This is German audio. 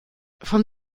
von